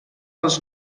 als